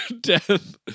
death